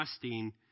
trusting